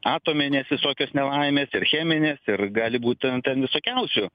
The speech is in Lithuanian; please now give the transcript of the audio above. atominės visokios nelaimės ir cheminės ir gali būt ten ten visokiausių